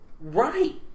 Right